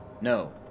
No